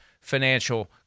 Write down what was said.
financial